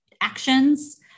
actions